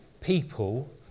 people